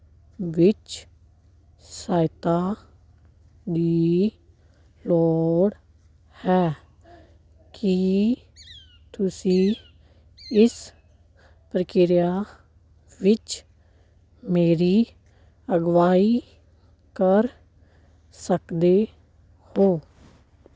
ਵਿੱਚ ਸਹਾਇਤਾ ਦੀ ਲੋੜ ਹੈ ਕੀ ਤੁਸੀਂ ਇਸ ਪ੍ਰਕਿਰਿਆ ਵਿੱਚ ਮੇਰੀ ਅਗਵਾਈ ਕਰ ਸਕਦੇ ਹੋ